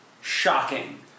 shocking